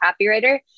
copywriter